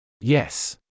Yes